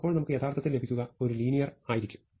അപ്പോൾ നമുക്ക് യഥാർത്ഥത്തിൽ ലഭിക്കുക ഒരു ലീനിയർ ആയിരിക്കും